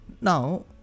Now